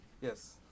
Yes